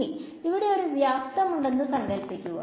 ഇനി ഇവിടെ ഒരു വ്യാപ്തം ഉണ്ടെന്ന് സങ്കല്പിക്കുക